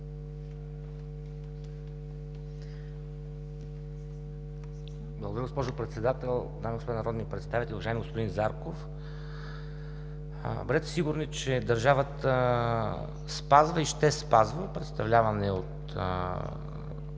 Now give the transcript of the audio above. Благодаря, госпожо Председател. Дами и господа народни представители! Уважаеми господин Зарков, бъдете сигурни, че държавата спазва и ще спазва представлявания от